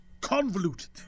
convoluted